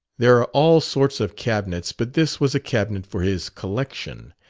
there are all sorts of cabinets, but this was a cabinet for his collection.